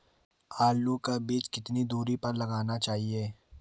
आलू का बीज कितनी दूरी पर लगाना चाहिए?